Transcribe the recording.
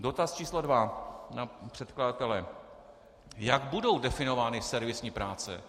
Dotaz číslo dva na předkladatele: Jak budou definovány servisní práce?